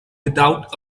without